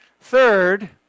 third